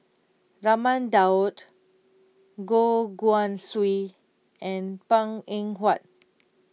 Raman Daud Goh Guan Siew and Png Eng Huat